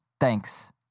Thanks